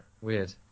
weird